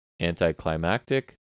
anticlimactic